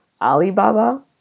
Alibaba